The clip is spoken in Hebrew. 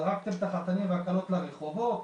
זרקתם את החתנים והכלות לרחובות,